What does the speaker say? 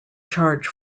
charge